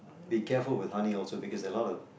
be careful with honey also because a lot of